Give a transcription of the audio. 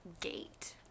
gate